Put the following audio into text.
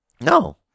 No